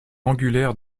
angulaire